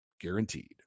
guaranteed